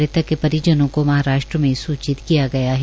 मृतक के परिजनों को महाराष्ट्र में सूचित किया गया है